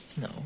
No